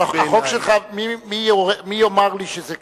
אבל החוק שלך, מי יאמר לי שזה כשר?